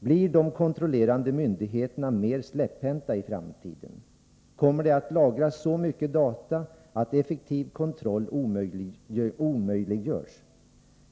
Blir de kontrollerande myndigheterna mer släpphänta i framtiden? Kommer det att lagras så mycket data att effektiv kontroll omöjliggörs?